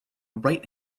right